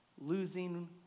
losing